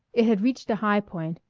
it had reached a high point,